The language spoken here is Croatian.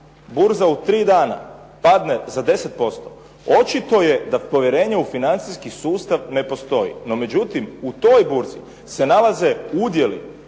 burza u tri dana padne za 10% očito je da povjerenje u financijski sustav ne postoji. No međutim, u toj burzi se nalaze udjeli